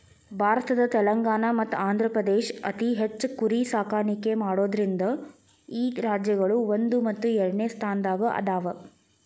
ಭಾರತದ ತೆಲಂಗಾಣ ಮತ್ತ ಆಂಧ್ರಪ್ರದೇಶ ಅತಿ ಹೆಚ್ಚ್ ಕುರಿ ಸಾಕಾಣಿಕೆ ಮಾಡೋದ್ರಿಂದ ಈ ರಾಜ್ಯಗಳು ಒಂದು ಮತ್ತು ಎರಡನೆ ಸ್ಥಾನದಾಗ ಅದಾವ